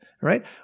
right